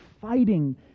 fighting